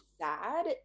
sad